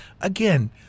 again